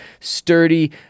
sturdy